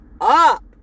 up